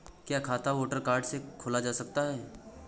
क्या खाता voter card से खोला जा सकता है?